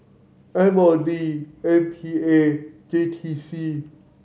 M O D M P A J T C